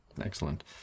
Excellent